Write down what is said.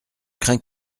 crains